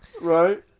right